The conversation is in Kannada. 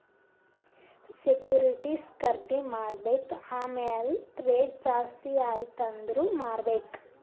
ಸೆಕ್ಯೂರಿಟಿಸ್ ಖರ್ದಿ ಮಾಡ್ಬೇಕ್ ಆಮ್ಯಾಲ್ ರೇಟ್ ಜಾಸ್ತಿ ಆಯ್ತ ಅಂದುರ್ ಮಾರ್ಬೆಕ್